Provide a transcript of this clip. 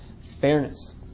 Fairness